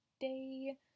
day